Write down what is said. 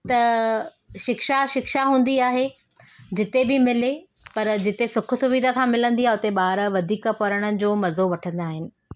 त शिक्षा शिक्षा हूंदी आहे जिते बि मिले पर जिते सुखु सुविधा खां मिलंदी आहे उते ॿार वधीक पढ़ण जो मज़ो वठंदा आहिनि